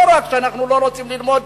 לא רק שאנחנו לא רוצים ללמוד